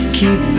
keep